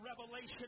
revelation